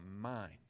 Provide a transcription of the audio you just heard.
mind